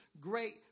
great